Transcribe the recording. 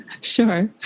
Sure